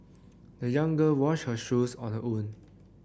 the young girl washed her shoes on her own